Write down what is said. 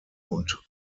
und